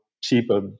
cheaper